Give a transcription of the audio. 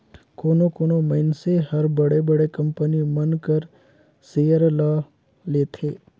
कोनो कोनो मइनसे हर बड़े बड़े कंपनी मन कर सेयर ल लेथे